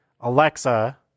Alexa